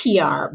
PR